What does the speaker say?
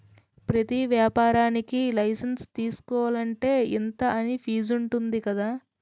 ప్రతి ఏపారానికీ లైసెన్సు తీసుకోలంటే, ఇంతా అని ఫీజుంటది కదా